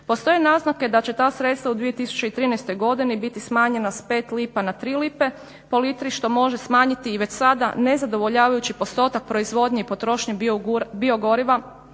Postoje naznake da će ta sredstva u 2013.godini biti smanjena s 5 lipa na 3 lipe po litri što može smanjiti već sada ne zadovoljavajući postotak proizvodnje i potrošnje biogoriva